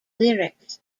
lyrics